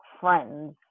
friends